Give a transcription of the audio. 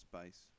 space